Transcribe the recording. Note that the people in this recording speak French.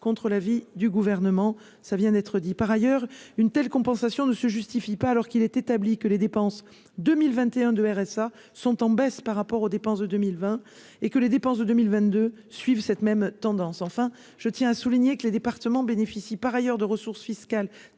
contre l'avis du gouvernement, ça vient d'être dit par ailleurs une telle compensation ne se justifie pas, alors qu'il était établi que les dépenses 2021 de RSA sont en baisse par rapport aux dépenses de 2020 et que les dépenses de 2022 suive cette même tendance, enfin, je tiens à souligner que les départements bénéficient par ailleurs de ressources fiscales